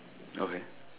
okay